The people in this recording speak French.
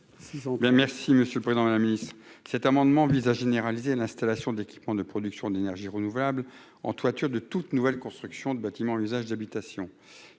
Monsieur le Président, la miss, cet amendement vise à généraliser l'installation d'équipements de production d'énergie renouvelable en toiture de toute nouvelle construction de bâtiment, l'usage d'habitation,